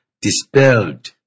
dispelled